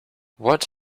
what